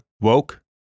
Woke